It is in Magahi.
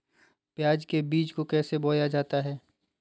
प्याज के बीज को कैसे बोया जाता है?